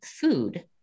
food